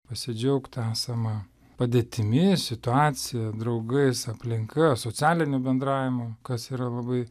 pasidžiaugt esama padėtimi situacija draugais aplinka socialiniu bendravimu kas yra labai